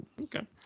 okay